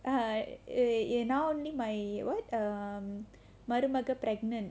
I err now only my what err மருமக:marumaga pregnant